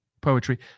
poetry